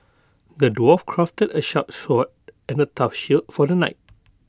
the dwarf crafted A sharp sword and A tough shield for the knight